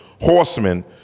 horsemen